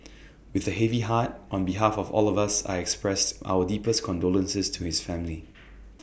with A heavy heart on behalf of all of us I expressed our deepest condolences to his family